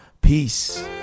Peace